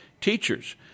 teachers